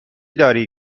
داری